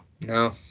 No